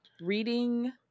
reading